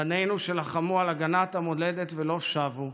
בנינו שלחמו על הגנת המולדת ולא שבו,